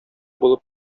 булып